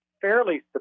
fairly